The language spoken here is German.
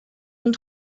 und